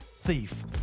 thief